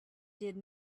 did